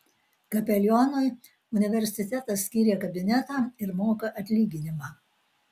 kapelionui universitetas skyrė kabinetą ir moka atlyginimą